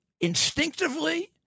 instinctively